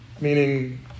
meaning